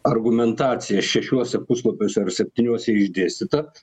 argumentacija šešiuose puslapiuose ar septyniuose išdėstyta